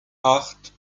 acht